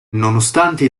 nonostante